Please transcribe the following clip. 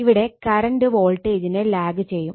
ഇവിടെ കറണ്ട് വോൾട്ടേജിനെ ലാഗ് ചെയ്യും